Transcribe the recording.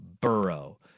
Burrow